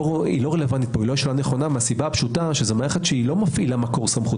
רלוונטית כי זו מערכת שלא מפעילה מקור סמכות.